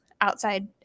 outside